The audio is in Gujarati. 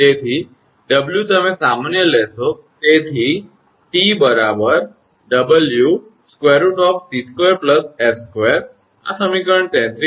તેથી 𝑊 તમે સામાન્ય લેશો તેથી 𝑇 𝑊√𝑐2 𝑠2 આ સમીકરણ 33 છે